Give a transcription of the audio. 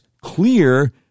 clear